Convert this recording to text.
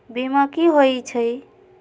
बीमा कि होई छई?